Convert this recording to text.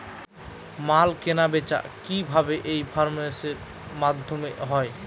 মাল কেনাবেচা কি ভাবে ই কমার্সের মাধ্যমে হয়?